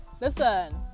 Listen